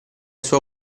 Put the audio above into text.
suo